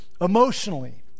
emotionally